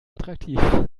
attraktiv